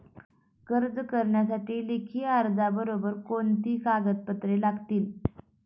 कर्ज करण्यासाठी लेखी अर्जाबरोबर कोणती कागदपत्रे लागतील?